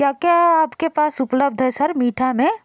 क्या क्या आपके पास उपलब्ध है सर मीठा में